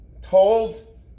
told